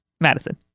Madison